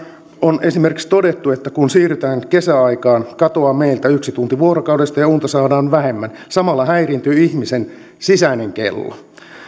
on esimerkiksi todettu että kun siirrytään kesäaikaan katoaa meiltä yksi tunti vuorokaudesta ja unta saadaan vähemmän ja samalla häiriintyy ihmisen sisäinen kello